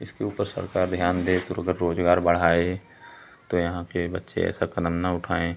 इसके ऊपर सरकार ध्यान दे तो उधर रोज़गार बढ़ाए तो यहाँ के बच्चे ऐसा क़दम ना उठाएं